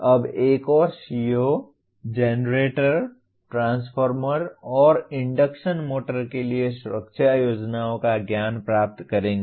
अब एक और CO जनरेटर ट्रांसफार्मर और इंडक्शन मोटर के लिए सुरक्षा योजनाओं का ज्ञान प्राप्त करेंगे